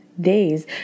days